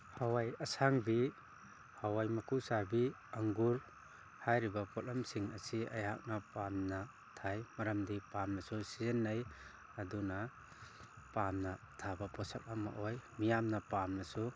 ꯍꯋꯥꯏ ꯑꯁꯥꯡꯕꯤ ꯍꯋꯥꯏ ꯃꯀꯨ ꯆꯥꯕꯤ ꯑꯪꯒꯨꯔ ꯍꯥꯏꯔꯤꯕ ꯄꯣꯠꯂꯝꯁꯤꯡ ꯑꯁꯤ ꯑꯩꯍꯥꯛꯅ ꯄꯥꯝꯅ ꯊꯥꯏ ꯃꯔꯝꯗꯤ ꯄꯥꯝꯅꯁꯨ ꯁꯤꯖꯤꯟꯅꯩ ꯑꯗꯨꯅ ꯄꯥꯝꯅ ꯊꯥꯕ ꯄꯣꯠꯁꯛ ꯑꯃ ꯑꯣꯏ ꯃꯤꯌꯥꯝꯅ ꯄꯥꯝꯅꯁꯨ